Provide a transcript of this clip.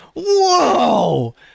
Whoa